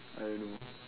I don't know